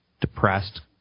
depressed